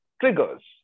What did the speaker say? triggers